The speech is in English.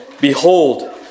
Behold